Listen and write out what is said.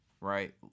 right